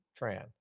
Tran